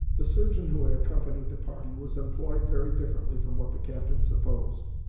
the surgeon who had accompanied the party was employed very differently from what the captain supposed.